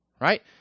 right